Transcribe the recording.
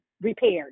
repaired